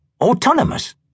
autonomous